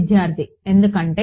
విద్యార్థి ఎందుకంటే